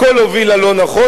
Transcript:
הכול הובילה לא נכון,